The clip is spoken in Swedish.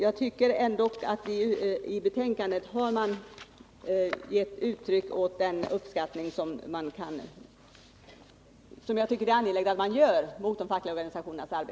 Jag anser att man i betänkandet har gett det uttryck för uppskattning av de fackliga organisationernas arbete som jag själv anser att det är angeläget att ge uttryck för.